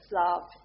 love